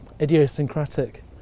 idiosyncratic